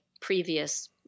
previous